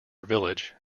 village